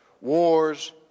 Wars